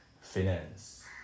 finance